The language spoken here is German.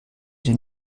den